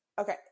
Okay